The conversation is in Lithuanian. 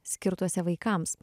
skirtuose vaikams